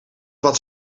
wat